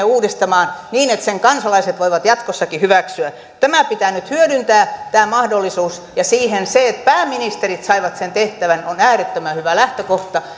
uudistamaan niin että sen kansalaiset voivat jatkossakin hyväksyä tämä mahdollisuus pitää nyt hyödyntää ja siihen se että pääministerit saivat sen tehtävän on äärettömän hyvä lähtökohta